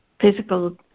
physical